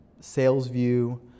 SalesView